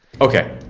okay